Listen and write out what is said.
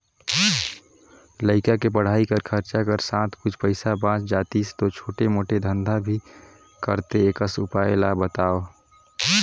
लइका के पढ़ाई कर खरचा कर साथ कुछ पईसा बाच जातिस तो छोटे मोटे धंधा भी करते एकस उपाय ला बताव?